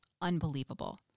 unbelievable